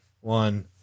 one